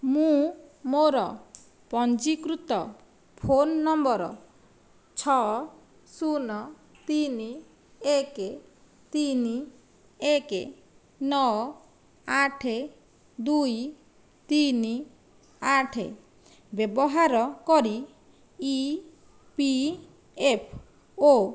ମୁଁ ମୋର ପଞ୍ଜୀକୃତ ଫୋନ୍ ନମ୍ବର ଛଅ ଶୂନ ତିନି ଏକ ତିନି ଏକ ନଅ ଆଠ ଦୁଇ ତିନି ଆଠ ବ୍ୟବହାର କରି ଇ ପି ଏଫ୍ ଓ